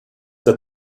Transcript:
that